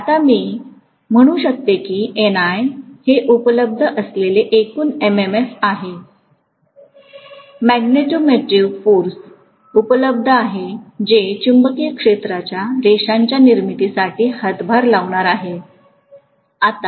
आता मी म्हणू शकतो की NI हे उपलब्ध असलेले एकूण MMF आहे मॅग्नेटो मोटिव्ह फोर्स उपलब्ध आहे जे चुंबकीय क्षेत्राच्या रेषांच्या निर्मितीसाठी हातभार लावणार आहे बरोबर